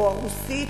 או הרוסית,